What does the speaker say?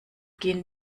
gehen